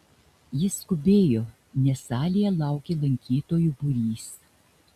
jis skubėjo nes salėje laukė lankytojų būrys